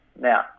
Now